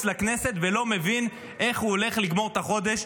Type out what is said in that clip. לכנסת ולא מבין איך הוא הולך לגמור את החודש.